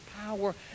power